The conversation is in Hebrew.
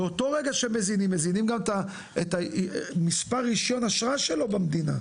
באותו רגע שמזינים מזינים גם את מספר אישור האשרה שלו במדינה.